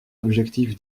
objectifs